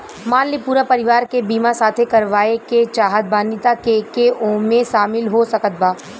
मान ली पूरा परिवार के बीमाँ साथे करवाए के चाहत बानी त के के ओमे शामिल हो सकत बा?